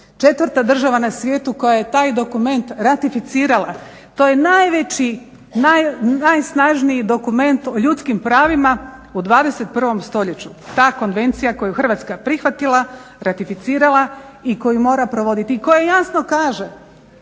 Četvrta država na svijetu koja je taj dokument ratificirala, to je najveći, najsnažniji dokument o ljudskim pravima u 21. stoljeću. Ta konvencija koju je Hrvatska prihvatila, ratificirala i koju mora provoditi i koja jasno kaže